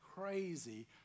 crazy